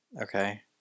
Okay